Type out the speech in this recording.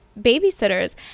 babysitters